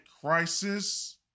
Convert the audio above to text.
crisis